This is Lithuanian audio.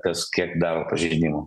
kas kiek daro pažeidimų